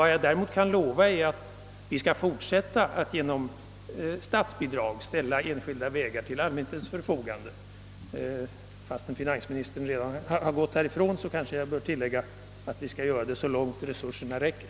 Vad jag däremot kan lova är att vi skall fortsätta att genom statsbidrag ställa enskilda vägar till allmänhetens förfogande. Finansministern har visserligen redan gått härifrån, men jag kanske ändå bör tillägga att vi skall göra det så långt resurserna räcker.